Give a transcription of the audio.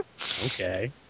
Okay